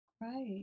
right